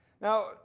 Now